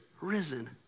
risen